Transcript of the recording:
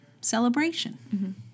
celebration